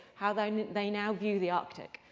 how they they now view the arctic.